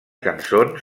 cançons